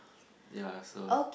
yea so